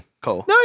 Cool